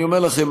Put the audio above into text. אני אומר לכם,